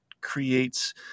creates